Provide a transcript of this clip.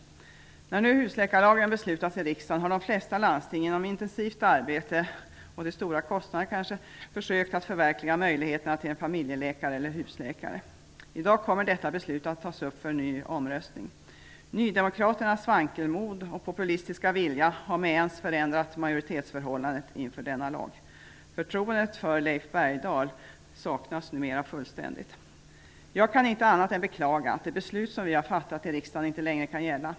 När nu husläkarlagen beslutats i riksdagen har de flesta landsting genom intensivt arbete och kanske till stora kostnader försökt att förverkliga möjligheterna till en familjeläkare eller husläkare. I dag kommer detta beslut att tas upp för en ny omröstning. Nydemokraternas vankelmod och populistiska vilja har med ens förändrat majoritetsförhållandet inför denna lag. Förtroendet för Leif Bergdahl saknas numera fullständigt. Jag kan inte annat än beklaga att de beslut som vi har fattat i riksdagen inte längre kan gälla.